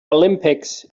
olympics